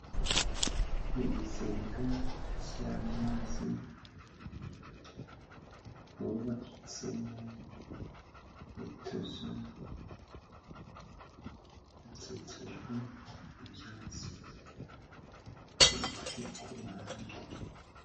ibizenga by'amazi bubatsemo utuzu hakikijwe ibyatsi bigufi k'uruhande.